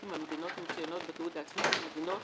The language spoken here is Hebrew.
עם המדינות המצוינות בתיעוד העצמי כמדינות